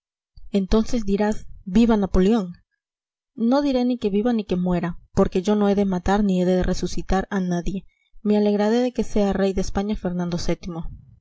entonces dirás viva napoleón no diré ni que viva ni que muera porque yo no he de matar ni he de resucitar a nadie me alegraré de que sea rey de españa fernando